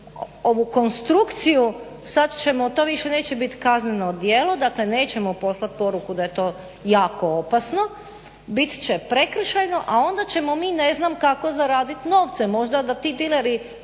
ovu konstrukciju sad ćemo, to više neće bit kazneno djelo. Dakle, nećemo poslat poruku da je to jako opasno. Bit će prekršajno, a onda ćemo mi ne znam kako zaradit novce. Možda da ti dileri